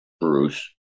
Bruce